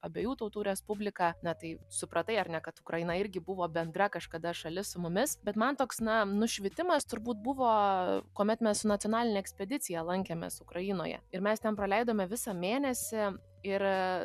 abiejų tautų respubliką ne tai supratai ar ne kad ukraina irgi buvo bendra kažkada šalis su mumis bet man toks na nušvitimas turbūt buvo kuomet mes su nacionaline ekspedicija lankėmės ukrainoje ir mes ten praleidome visą mėnesį ir